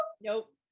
nope